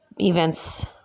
events